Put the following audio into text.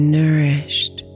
nourished